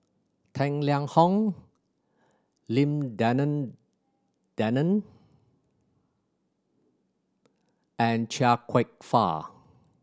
Tang Liang Hong Lim Denan Denon and Chia Kwek Fah